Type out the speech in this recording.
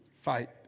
Fight